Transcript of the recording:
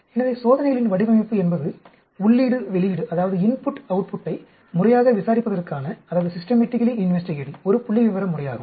எனவே சோதனைகளின் வடிவமைப்பு என்பது உள்ளீடு வெளியீடை முறையாக விசாரிப்பதற்கான ஒரு புள்ளிவிவர முறையாகும்